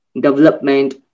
development